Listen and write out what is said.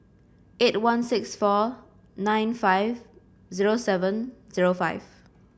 eight one six four nine five zero seven zero five